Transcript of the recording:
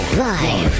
Live